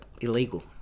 illegal